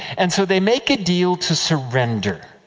and so, they make a deal to surrender.